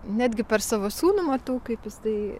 netgi per savo sūnų matau kaip jisai